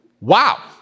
Wow